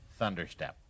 Thunderstep